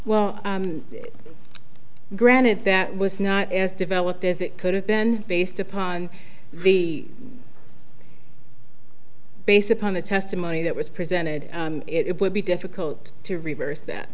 well granted that was not as developed as it could have been based upon the based upon the testimony that was presented it would be difficult to reverse that